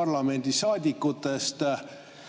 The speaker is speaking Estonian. parlamendisaadikutest,